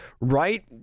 right